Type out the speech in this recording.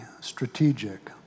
strategic